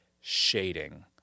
shading